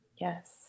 Yes